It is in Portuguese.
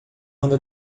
anda